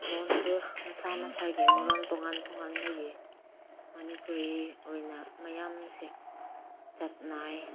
ꯂꯣꯟꯗꯣ ꯃꯁꯥ ꯃꯁꯥꯒꯤ ꯂꯣꯟ ꯇꯣꯡꯉꯥꯟ ꯇꯣꯡꯉꯥꯟ ꯂꯩꯌꯦ ꯃꯅꯤꯄꯨꯔꯤ ꯑꯣꯏꯅ ꯃꯌꯥꯝꯁꯦ ꯆꯠꯅꯩ